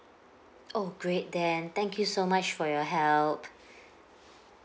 oh great then thank you so much for your help